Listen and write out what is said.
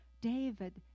David